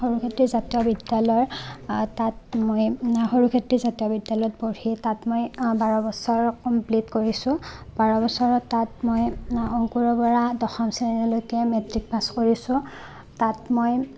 সৰুক্ষেত্ৰীৰ জাতীয় বিদ্যালয় তাত মই সৰুক্ষেত্ৰী জাতীয় বিদ্যালয়ত পঢ়ি তাত মই বাৰ বছৰ কম্প্লিট কৰিছোঁ বাৰ বছৰত তাত মই অংকুৰৰ পৰা দশম শ্ৰেণীলৈকে মেট্ৰিক পাছ কৰিছোঁ তাত মই